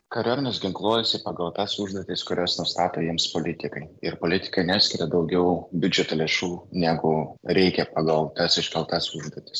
kariuomenės ginkluojasi pagal tas užduotis kurias nustato jiems politikai ir politikai neskiria daugiau biudžeto lėšų negu reikia pagal es iškeltas užduotis